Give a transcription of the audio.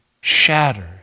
shattered